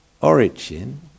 origin